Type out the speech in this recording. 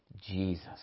Jesus